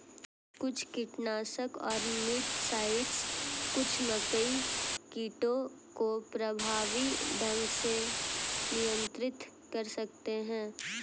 कुछ कीटनाशक और मिटसाइड्स कुछ मकई कीटों को प्रभावी ढंग से नियंत्रित कर सकते हैं